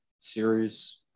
series